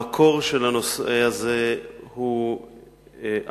המקור של הנושא הזה הוא אמיתי,